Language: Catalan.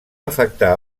afectar